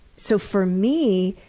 so for me,